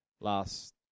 last